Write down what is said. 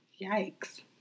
Yikes